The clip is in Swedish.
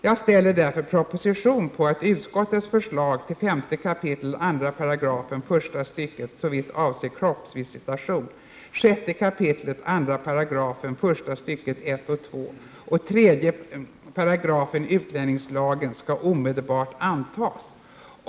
Jag ställer därför proposition på att utskottets förslag till 5 kap. 2 § första stycket såvitt avser kroppsvisitation, 6 kap. 2 § första stycket 1. och 2. samt 3 § utlänningslagen skall omedelbart antas.